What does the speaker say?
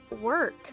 work